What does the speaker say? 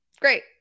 great